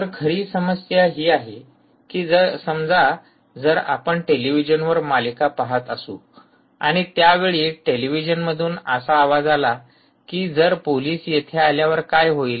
तर खरी समस्या ही आहे कि समजा जर आपण टेलिव्हिजनवर मालिका पाहत असू आणि त्यावेळी टेलिव्हिजन मधून असा आवाज आला कि जर पोलीस येथे आल्यावर काय होईल